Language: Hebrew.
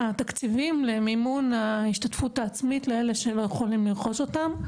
התקציבים למימון ההשתתפות העצמית לאלה שלא יכולים לרכוש אותם.